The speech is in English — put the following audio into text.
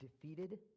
defeated